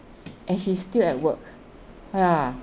and he's still at work ya